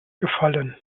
gefallen